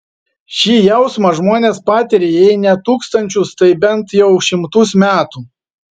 šį jausmą žmonės patiria jei ne tūkstančius tai bent jau šimtus metų